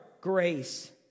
grace